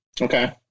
okay